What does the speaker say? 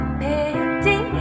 pity